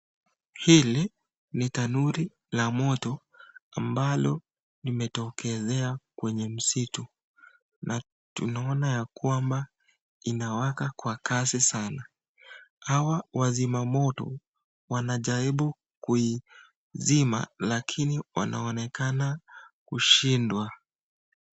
Hili ni tanuri la moto ambalo limetokezea kwenye msitu na tunaona ya kwamba inawaka kwa kasi sana. Hawa wazima moto wanajaribu kuizima lakini waonekana kushindwa.